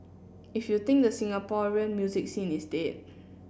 if you think the Singaporean music scene is dead